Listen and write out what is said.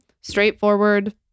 straightforward